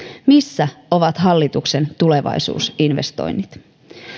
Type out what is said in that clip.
missä ovat hallituksen tulevaisuusinvestoinnit